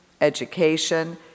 education